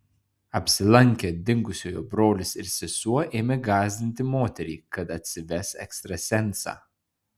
apsilankę dingusiojo brolis ir sesuo ėmė gąsdinti moterį kad atsives ekstrasensą